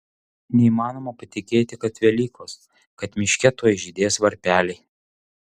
neįmanoma patikėti kad velykos kad miške tuoj žydės varpeliai